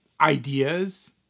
ideas